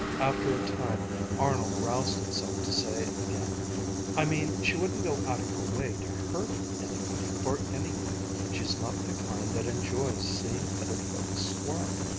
after a time arnold roused himself to say again i mean she wouldn't go out of her way to hurt anybody, for anything. she's not the kind that enjoys seeing other folks squirm.